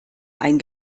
ein